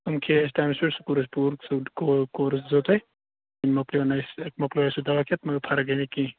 ؤنۍ کھیٚیہِ اسہِ ٹایِمَس پیٚٹھ سُہ کوٚر اسہِ پوٗرٕ سُہ کو کورُس دِژیوٚو تۅہہِ وۅنۍ مۅکلیوو نہٕ اسہِ مۅکلیوو اسہِ سُہ دَوا کھیٚتھ مگر فرٕق گٔے نہٕ کہیٖنٛۍ